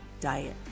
Diet